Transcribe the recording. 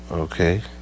Okay